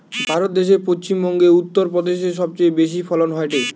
ভারত দ্যাশে পশ্চিম বংগো, উত্তর প্রদেশে সবচেয়ে বেশি ফলন হয়টে